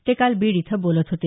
ते काल बीड इथं बोलत होते